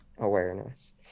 awareness